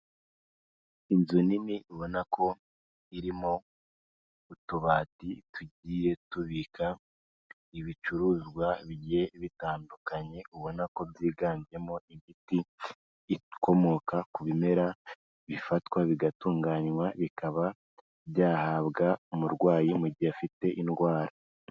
Inzu nini ubona ko irimo utubati tugiye tubika ibicuruzwa bigiye bitandukanye, ubona ko byiganjemo imiti ikomoka ku bimera bifatwa bigatunganywa, bikaba byahabwa umurwayi mu gihe afite indwara.